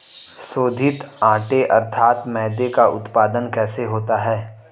शोधित आटे अर्थात मैदे का उत्पादन कैसे होता है?